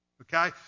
Okay